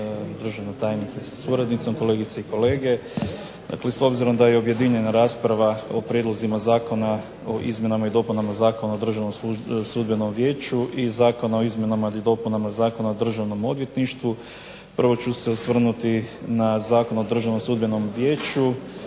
državna tajnice sa suradnicom, kolegice i kolege. Dakle, s obzirom da je i objedinjena rasprava o prijedlozima Zakona o izmjenama i dopunama Zakona o Državnom sudbenom vijeću i Zakona o izmjenama i dopunama Zakona o Državnom odvjetništvu prvo ću se osvrnuti na Zakon o Državnom sudbenom vijeću